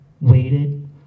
waited